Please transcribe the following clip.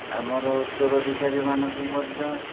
ଆମର ଉତ୍ତରାଧିକାରୀମାନଙ୍କୁ ମଧ୍ୟ